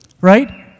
Right